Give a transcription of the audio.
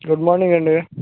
good morning అండీ